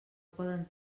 poden